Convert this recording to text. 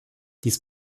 dies